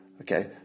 Okay